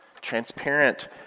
transparent